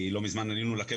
קוראים לו צבי פישל,